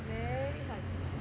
very hard to get